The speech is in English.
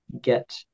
get